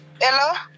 Hello